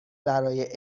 برای